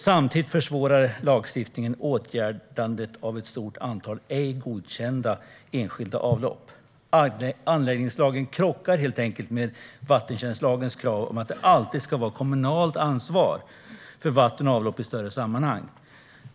Samtidigt försvårar lagstiftningen åtgärdandet av ett stort antal ej godkända enskilda avlopp. Anläggningslagen krockar helt enkelt med vattentjänstlagens krav på att det alltid ska vara kommunalt ansvar för vatten och avlopp i större sammanhang.